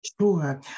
Sure